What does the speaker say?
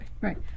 Right